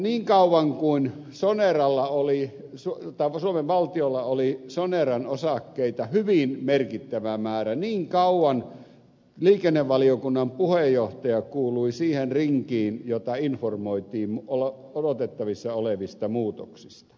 niin kauan kuin suomen valtiolla oli soneran osakkeita hyvin merkittävä määrä niin kauan liikennevaliokunnan puheenjohtaja kuului siihen rinkiin jota informoitiin odotettavissa olevista muutoksista